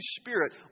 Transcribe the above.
Spirit